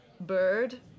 bird